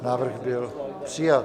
Návrh byl přijat.